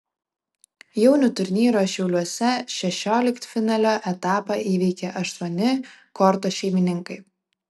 jaunių turnyro šiauliuose šešioliktfinalio etapą įveikė aštuoni korto šeimininkai